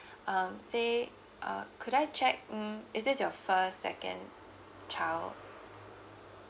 uh say uh could I check um is this your first second child